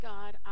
God